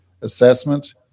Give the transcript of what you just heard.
assessment